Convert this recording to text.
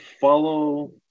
follow